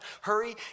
Hurry